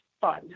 fun